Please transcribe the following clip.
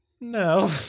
No